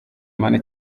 money